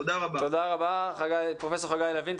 תודה רבה פרופסור חגי לוין.